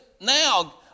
now